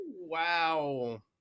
Wow